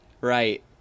Right